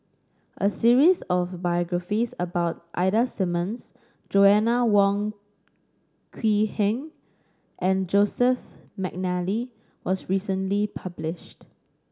a series of biographies about Ida Simmons Joanna Wong Quee Heng and Joseph McNally was recently published